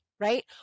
right